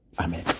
Amen